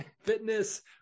fitness